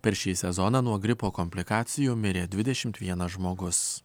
per šį sezoną nuo gripo komplikacijų mirė dvidešimt vienas žmogus